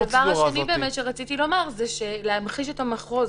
הדבר השני שרציתי לומר הוא להמחיש את המחוז.